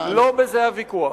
לא בזה הוויכוח.